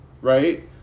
right